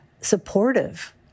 supportive